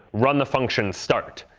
run the function start.